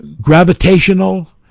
gravitational